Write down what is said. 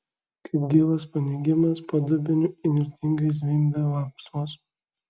kaip gyvas paneigimas po dubeniu įnirtingai zvimbė vapsvos